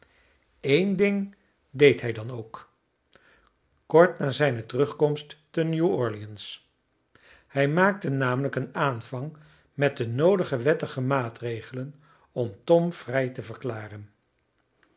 eén ding deed hij dan ook kort na zijne terugkomst te nieuw orleans hij maakte namelijk een aanvang met de noodige wettige maatregelen om tom vrij te verklaren